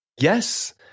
Yes